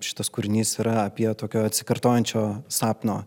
šitas kūrinys yra apie tokio atsikartojančio sapno